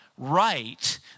right